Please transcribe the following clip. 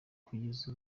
kugeza